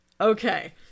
okay